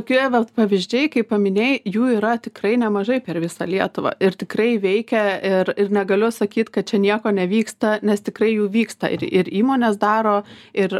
tokie vat pavyzdžiai kai paminėjai jų yra tikrai nemažai per visą lietuvą ir tikrai veikia ir ir negaliu sakyti kad čia nieko nevyksta nes tikrai jų vyksta ir ir įmonės daro ir